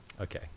okay